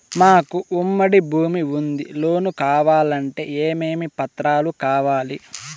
మాకు ఉమ్మడి భూమి ఉంది లోను కావాలంటే ఏమేమి పత్రాలు కావాలి?